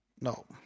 No